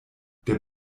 der